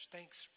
Thanks